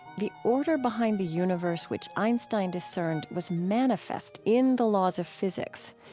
the order behind the universe which einstein discerned was manifest in the laws of physics.